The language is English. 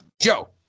Joe